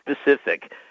specific